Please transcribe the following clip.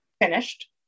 finished